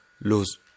lose